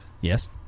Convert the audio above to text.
Yes